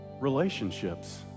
relationships